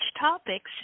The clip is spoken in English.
topics